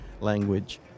language